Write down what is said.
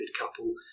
couple